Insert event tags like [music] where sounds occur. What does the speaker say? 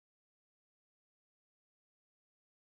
[unintelligible]